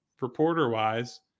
reporter-wise